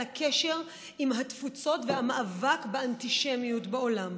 הקשר עם התפוצות והמאבק באנטישמיות בעולם.